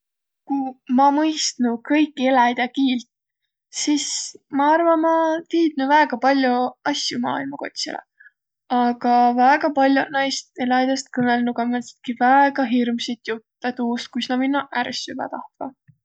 Kuq maq mõistnuq kõiki eläjide kiilt, sis ma arva, ma tiidnüq väega pall'o asju maailma kotsilõ. Aga väega palloq naist eläjidest kõnõlnuq ka määntsitki väega hirmsit juttõ tuust, kuis na minno ärq süvväq tahtvaq.